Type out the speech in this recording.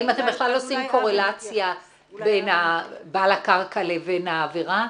האם אתם בכלל עושים קורלציה בין בעל הקרקע לבין העבירה?